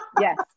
Yes